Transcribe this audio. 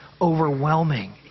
overwhelming